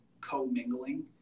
co-mingling